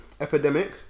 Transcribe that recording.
Epidemic